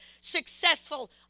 successful